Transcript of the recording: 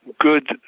good